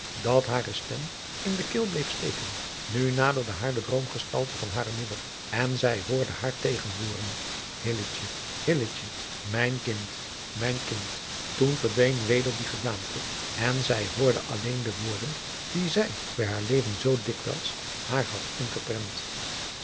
dat hare stem in de keel bleef steken nu naderde haar de droomgestalte van hare moeder en zij hoorde haar tegenvoeren hilletje hilletje mijn kind mijn kind toen verdween weder die gedaante en zij hoorde alleen de woorden die zij bij haar leven zoo dikwijls haar had ingeprent